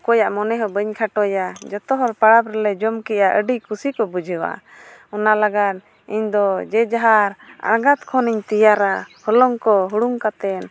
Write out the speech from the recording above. ᱚᱠᱚᱭᱟᱜ ᱢᱚᱱᱮ ᱦᱚᱸ ᱵᱟᱹᱧ ᱠᱷᱟᱴᱚᱭᱟ ᱡᱚᱛᱚ ᱦᱚᱲ ᱯᱚᱨᱚᱵᱽ ᱨᱮᱞᱮ ᱡᱚᱢ ᱠᱮᱜᱼᱟ ᱟᱹᱰᱤ ᱠᱩᱥᱤ ᱠᱚ ᱵᱩᱡᱷᱟᱹᱣᱟ ᱚᱱᱟ ᱞᱟᱹᱜᱤᱫ ᱤᱧᱫᱚ ᱡᱮ ᱡᱟᱦᱟᱨ ᱟᱬᱜᱟᱛ ᱠᱷᱚᱱᱤᱧ ᱛᱮᱭᱟᱨᱟ ᱦᱚᱞᱚᱝ ᱠᱚ ᱦᱩᱲᱩᱝ ᱠᱟᱛᱮᱫ